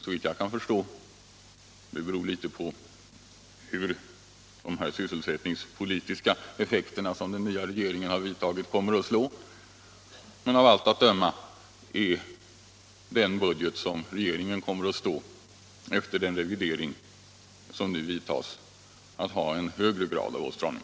Såvitt jag kan förstå — det beror litet på hur de sysselsättningspolitiska åtgärder som den nya regeringen vidtagit kommer att slå — har den budget som vi kommer att få efter den revidering som nu vidtas en högre grad av åtstramning.